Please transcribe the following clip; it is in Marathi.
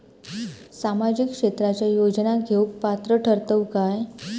सामाजिक क्षेत्राच्या योजना घेवुक पात्र ठरतव काय?